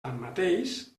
tanmateix